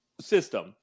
system